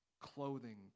clothing